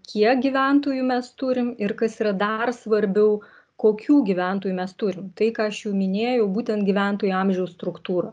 kiek gyventojų mes turim ir kas yra dar svarbiau kokių gyventojų mes turim tai ką aš jau minėjau būtent gyventojų amžiaus struktūrą